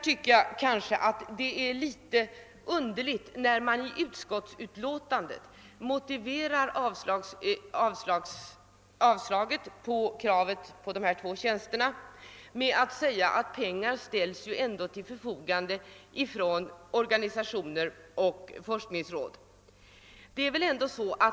Det är därför litet underligt att utskottsmajoriteten motiverar sitt avslagsyrkande vad gäller det ökade anslaget med att säga, att pengar ändå ställs till förfogande från organisationer och forskningsråd.